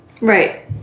right